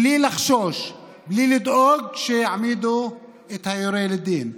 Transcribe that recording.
בלי לחשוש, בלי לדאוג שיעמידו את היורה לדין,